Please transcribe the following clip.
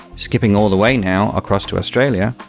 skipping all the way, now, across to australia,